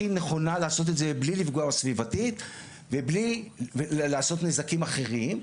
הכי נכונה לעשות את זה בלי לפגוע סביבתית ובלי לעשות נזקים אחרים,